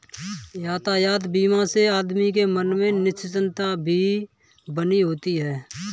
यातायात बीमा से आदमी के मन में निश्चिंतता भी बनी होती है